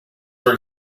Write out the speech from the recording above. were